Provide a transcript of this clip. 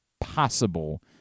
possible